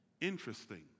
Interesting